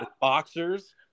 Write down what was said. boxers